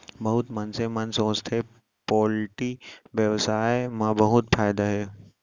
बहुत मनसे मन सोचथें पोल्टी बेवसाय म बहुत फायदा हे